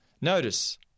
Notice